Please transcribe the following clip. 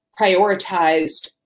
prioritized